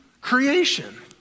creation